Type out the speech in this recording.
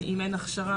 אם אין הכשרה,